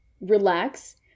relax